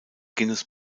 guinness